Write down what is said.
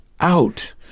out